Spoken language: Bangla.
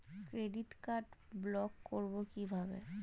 ডেবিট কার্ড ব্লক করব কিভাবে?